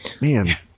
Man